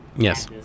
Yes